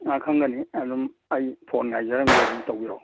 ꯑꯥ ꯈꯪꯒꯅꯤ ꯑꯗꯨꯝ ꯑꯩ ꯐꯣꯟ ꯉꯥꯏꯖꯔꯝꯒꯦ ꯑꯗꯨꯝ ꯇꯧꯕꯤꯔꯣ